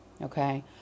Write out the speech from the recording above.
Okay